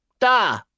Da